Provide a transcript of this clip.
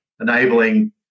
enabling